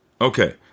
Okay